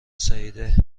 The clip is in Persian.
سعیده